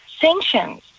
Sanctions